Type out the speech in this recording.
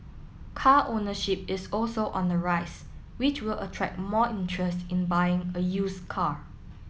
car ownership is also on the rise which will attract more interest in buying a use car